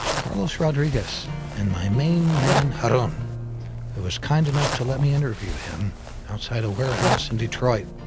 carlos rodriguez and my main man harun who was kind enough to let me interview him outside a warehouse in detroit.